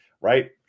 right